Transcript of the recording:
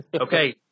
Okay